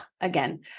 again